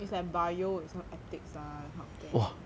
it's like bio with some ethics ah that kind of thing